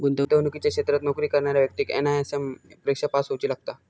गुंतवणुकीच्या क्षेत्रात नोकरी करणाऱ्या व्यक्तिक एन.आय.एस.एम परिक्षा पास होउची लागता